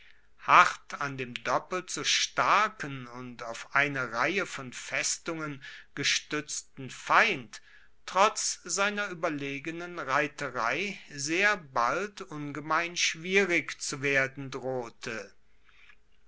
hart an dem doppelt so starken und auf eine reihe von festungen gestuetzten feind trotz seiner ueberlegenen reiterei sehr bald ungemein schwierig zu werden drohte